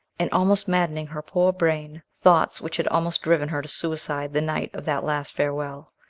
and almost maddened her poor brain thoughts which had almost driven her to suicide the night of that last farewell.